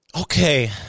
okay